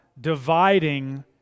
dividing